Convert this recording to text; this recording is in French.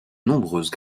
nombreuses